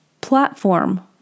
platform